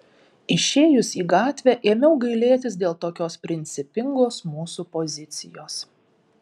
išėjus į gatvę ėmiau gailėtis dėl tokios principingos mūsų pozicijos